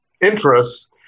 interests